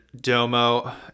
Domo